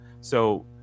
So-